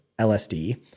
LSD